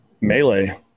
melee